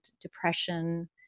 depression